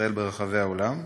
ארץ-ישראל ברחבי העולם,